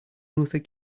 luther